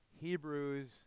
Hebrews